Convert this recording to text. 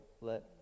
Let